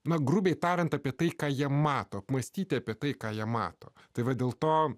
na grubiai tariant apie tai ką jie mato apmąstyti apie tai ką jie mato tai vat dėl to